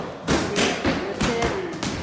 ਠੀਕ ਹੈ ਜੀ ਉੱਥੇ